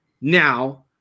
Now